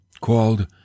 called